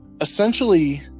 essentially